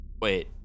Wait